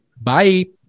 bye